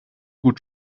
gut